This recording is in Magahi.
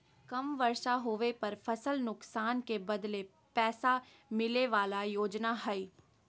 कम बर्षा होबे पर फसल नुकसान के बदले पैसा मिले बला योजना हइ